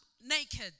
naked